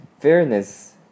Fairness